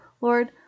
Lord